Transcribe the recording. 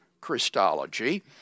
Christology